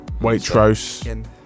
Waitrose